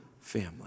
family